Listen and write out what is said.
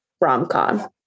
rom-com